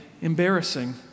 embarrassing